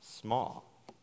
small